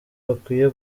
hakwiye